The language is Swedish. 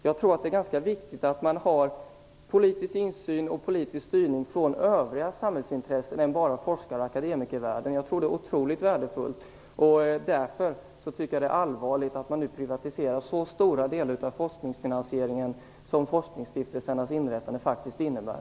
Jag tror att det är ganska viktigt att man har politisk insyn och politisk styrning från övriga samhällsintressen och inte bara från forskar och akademikervärlden. Jag tror att det är otroligt värdefullt. Därför tycker jag att det är allvarligt att man nu privatiserar så stora delar av forskningsfinansieringen som forskningsstiftelsernas inrättande faktiskt innebär.